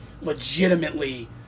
legitimately